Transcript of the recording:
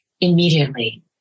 immediately